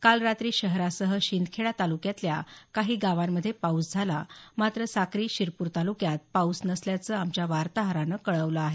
काल रात्री शहरासह शिंदखेडा तालुक्यातल्या काही गावांमध्ये पाऊस झाला मात्र साक्री शिरपूर तालुक्यांत पाऊस नसल्याचं आमच्या वार्ताहरानं कळवलं आहे